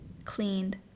cleaned